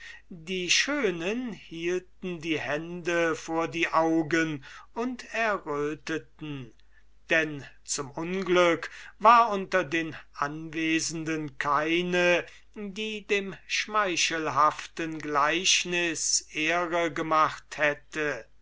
die schönen hielten die hände vor die augen und erröteten denn zum unglück war unter den anwesenden keine die dem schmeichelhaften gleichnis ehre gemacht hätte